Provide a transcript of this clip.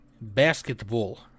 basketball